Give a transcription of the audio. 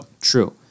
True